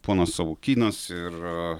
ponas savukynas ir